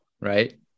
right